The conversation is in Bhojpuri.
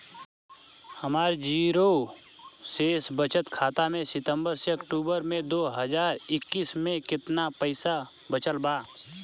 हमार जीरो शेष बचत खाता में सितंबर से अक्तूबर में दो हज़ार इक्कीस में केतना पइसा बचल बा?